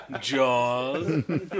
Jaws